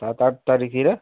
सात आठ तारिखतिर